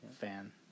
fan